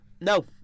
no